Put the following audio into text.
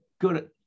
good